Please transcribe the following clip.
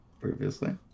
Previously